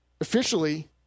Officially